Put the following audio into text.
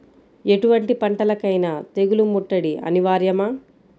ఎటువంటి పంటలకైన తెగులు ముట్టడి అనివార్యమా?